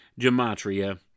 Gematria